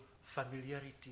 familiarity